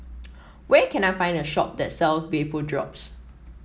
where can I find a shop that sells Vapodrops